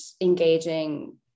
engaging